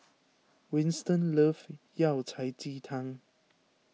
Winston loves Yao Cai Ji Tang